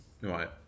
Right